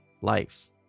life